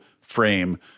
frame